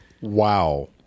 Wow